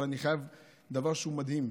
אבל אני חייב דבר שהוא מדהים.